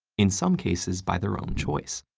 in some cases by their own choice.